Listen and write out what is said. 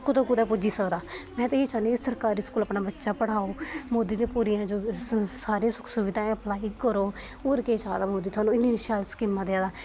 कुतै दा कुतै पुज्जी सकदा में ते एह् चाह्न्नी आं कि सरकारी स्कूल अपना बच्चा पढ़ाओ मोदी सारी सुख सुविधाएं सप्लाई करग होर केह् सारी मोदी थुहानूं इन्नी शैल स्कीमां देआ दा